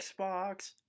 Xbox